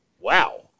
Wow